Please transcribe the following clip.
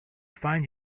find